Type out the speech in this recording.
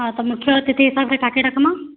ହଁ ତ ମୁଖ୍ୟ ଅତିଥି ହିସାବ୍ରେ କାହାକେ କେ ଡ଼ାକ୍ମା